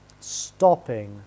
stopping